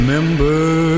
Remember